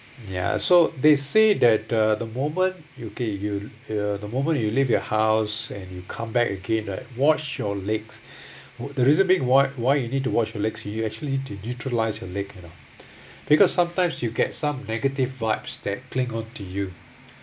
ya so they say that uh the moment you okay you uh the moment you leave your house and you come back again right wash your legs the reason being why why you need to wash your legs you actually to neutralise your leg you know because sometimes you get some negative vibes that cling on to you